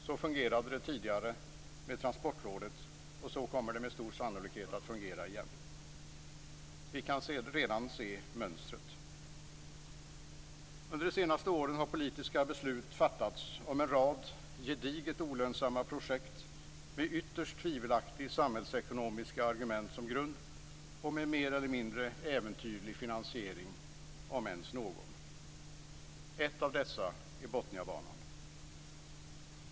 Så fungerade det tidigare med Transportrådet, och så kommer det med stor sannolikhet att fungera igen. Vi kan redan se mönstret. Under de senaste åren har politiska beslut fattats om en rad gediget olönsamma projekt med ytterst tvivelaktiga samhällsekonomiska argument som grund och med en mer eller mindre äventyrlig finansiering - om ens någon. Ett av dessa projekt är Botniabanan.